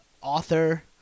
author